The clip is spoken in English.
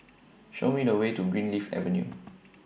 Show Me The Way to Greenleaf Avenue